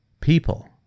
people